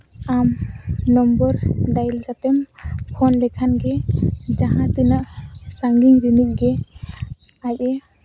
ᱟᱢ number dial ᱠᱟᱛᱮᱢ phone ᱞᱮᱠᱷᱟᱱ ᱜᱮ ᱡᱟᱦᱟᱸ ᱛᱤᱱᱟᱹᱜ ᱥᱟᱺᱜᱤᱧ ᱨᱤᱱᱤᱡ ᱜᱮ ᱟᱡᱼᱮ